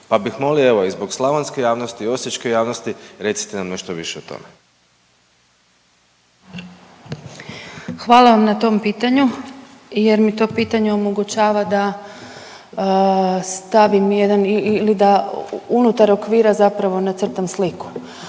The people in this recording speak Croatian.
pa bih molio evo i zbog slavonske javnosti i osječke javnosti recite nam nešto više o tome. **Bubaš, Marija** Hvala vam na tom pitanju jer mi to pitanje omogućava da stavim jedan ili da unutar okvira zapravo nacrtam sliku.